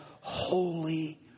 holy